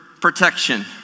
protection